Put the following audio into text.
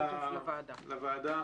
של הוועדה,